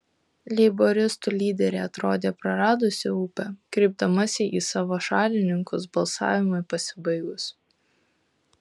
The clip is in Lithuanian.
leiboristų lyderė atrodė praradusį ūpą kreipdamasi į savo šalininkus balsavimui pasibaigus